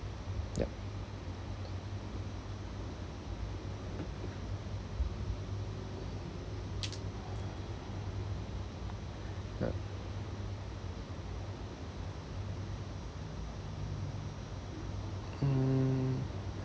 ya ya mm